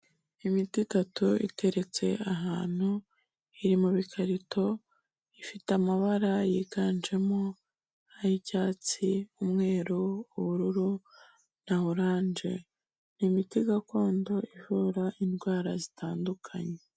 Imitigatu iteretse ahantu, iri mu bikarito, ifite amabara yiganjemo ay'icyatsi, umweru, ubururu na orange, imiti gakondo ivura indwara zitandukanye.